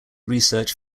research